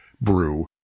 brew